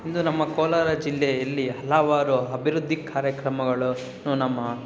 ಇಂದು ನಮ್ಮ ಕೋಲಾರ ಜಿಲ್ಲೆಯಲ್ಲಿ ಹಲವಾರು ಅಭಿವೃದ್ಧಿ ಕಾರ್ಯಕ್ರಮಗಳು ನ್ನು ನಮ್ಮ